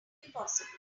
possible